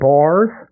Bars